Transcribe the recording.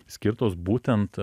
skirtos būtent